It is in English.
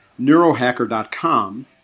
neurohacker.com